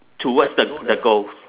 towards the the ghost